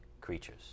creatures